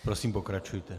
Prosím, pokračujte.